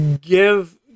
give